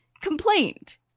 complained